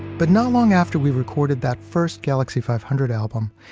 but not long after we recorded that first galaxie five hundred album,